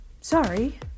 Sorry